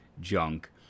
junk